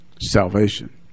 salvation